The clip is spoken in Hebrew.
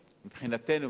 מבחינתנו,